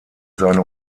seine